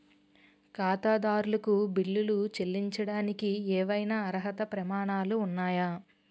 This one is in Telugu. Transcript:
ఖాతాదారులకు బిల్లులు చెల్లించడానికి ఏవైనా అర్హత ప్రమాణాలు ఉన్నాయా?